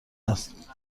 است